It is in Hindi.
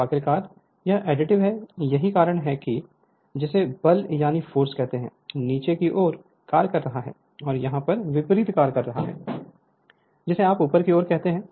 तो आखिरकार यह एडिटिव है यही कारण है कि वह है जिसे बल यानी फोर्स कहते हैं नीचे की ओर कार्य कर रहा है और यहाँ बल विपरीत कार्य कर रहा है जिसे आप ऊपर की ओर कहते हैं